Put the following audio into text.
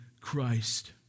Christ